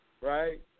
right